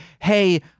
hey